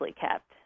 kept